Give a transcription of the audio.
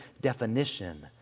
definition